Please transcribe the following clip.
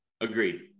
Agreed